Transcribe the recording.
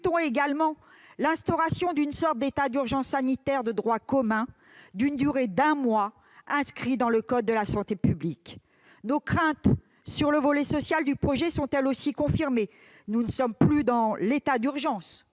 refusons également l'instauration d'une sorte d'état d'urgence sanitaire de droit commun, d'une durée d'un mois, inscrit dans le code de la santé publique. Nos craintes sur les mesures sociales du projet de loi sont, elles aussi, confirmées. Nous ne sommes plus dans l'état d'urgence